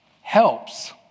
helps